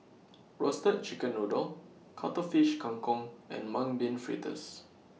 Roasted Chicken Noodle Cuttlefish Kang Kong and Mung Bean Fritters